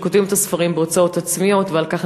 שכותבים את הספרים ומוציאים אותם בהוצאות עצמיות,